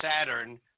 Saturn